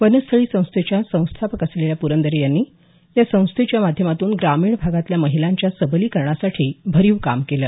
वनस्थळी संस्थेच्या संस्थापक असलेल्या प्रंदो यांनी या संस्थेच्या माध्यमातून ग्रामीण भागतल्या महिलांच्या सबलीकरणासाठी भरीव काम केलं